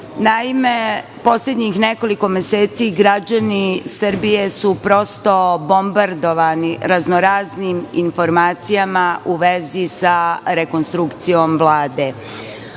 Srbije. Naime, poslednjih nekoliko meseci građani Srbije su prosto bombardovani raznoraznim informacijama u vezi sa rekonstrukcijom Vlade.